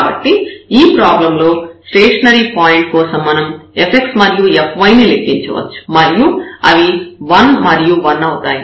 కాబట్టి ఈ ప్రాబ్లం లో స్టేషనరీ పాయింట్ కోసం మనం fx మరియు fy ని లెక్కించవచ్చు మరియు అవి 1 మరియు 1 అవుతాయి